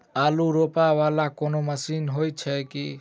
आलु रोपा वला कोनो मशीन हो छैय की?